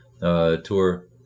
tour